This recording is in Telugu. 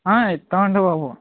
ఇస్తామండి బాబు